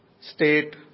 state